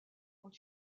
ont